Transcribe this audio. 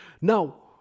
Now